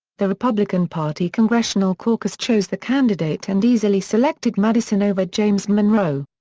the republican party congressional caucus chose the candidate and easily selected madison over james monroe.